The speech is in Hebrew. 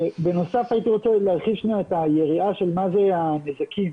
בנוסף הייתי רוצה להרחיב את היריעה לגבי הנזקים.